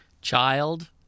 child